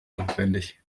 notwendig